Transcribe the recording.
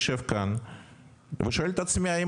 אני יושב כאן היום ושואל את עצמי: האם